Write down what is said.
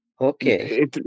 Okay